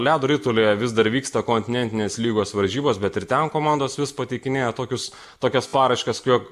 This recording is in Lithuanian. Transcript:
edo ritulyje vis dar vyksta kontinentinės lygos varžybos bet ir ten komandos vis pateikinėja tokius tokias paraiškas jog